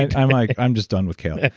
i'm like, i'm just done with kale. yeah